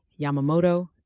Yamamoto